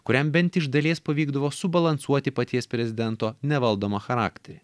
kuriam bent iš dalies pavykdavo subalansuoti paties prezidento nevaldomą charakterį